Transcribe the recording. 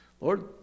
Lord